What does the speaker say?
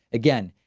again,